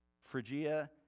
Phrygia